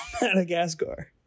Madagascar